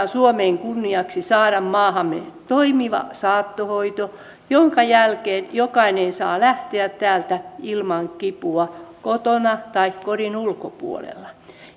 suomen kunniaksi saada maahamme toimiva saattohoito jonka jälkeen jokainen saa lähteä täältä ilman kipua kotona tai kodin ulkopuolella